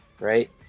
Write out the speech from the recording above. right